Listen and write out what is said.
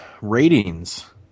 ratings